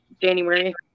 January